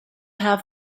have